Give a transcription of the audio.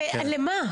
זה, למה?